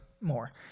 more